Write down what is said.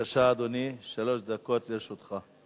בבקשה, אדוני, שלוש דקות לרשותך.